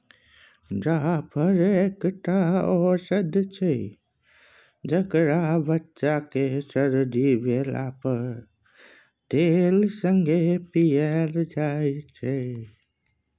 जाफर एकटा औषद छै जकरा बच्चा केँ सरदी भेला पर तेल संगे पियाएल जाइ छै